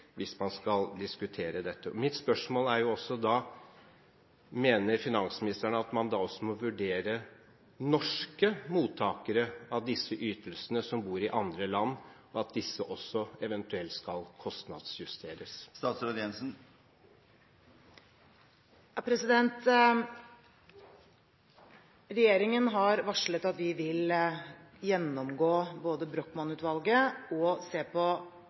hvis man skal diskutere dette. Mitt spørsmål er da: Mener finansministeren at man også må vurdere norske mottakere av disse ytelsene som bor i andre land, og at også disse ytelsene eventuelt skal kostnadsjusteres? Regjeringen har varslet at den vil gjennomgå Brochmann-utvalgets rapport og se på